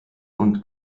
und